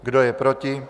Kdo je proti?